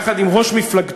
יחד עם ראש מפלגתו,